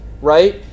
right